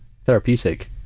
therapeutic